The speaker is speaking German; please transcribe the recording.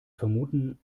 vermuten